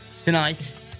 Tonight